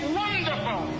wonderful